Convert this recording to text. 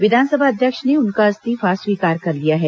विधानसभा अध्यक्ष ने उनका इस्तीफा स्वीकार कर लिया है